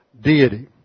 deity